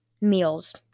Meals